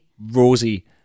Rosie